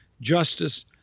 justice